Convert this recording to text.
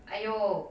!aiyo!